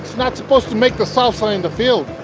not supposed to make the salsa in the field.